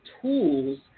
tools